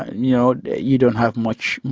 ah and yeah ah you don't have much.